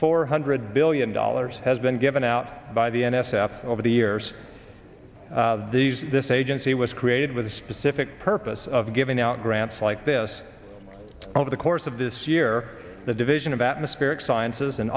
four hundred billion dollars has been given out by the n s f over the years these this agency was created with a specific purpose of giving out grants like this over the course of this year the division of atmospheric sciences an